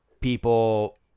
people